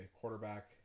quarterback